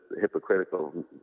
hypocritical